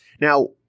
now